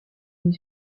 une